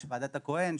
ועדת הכהן,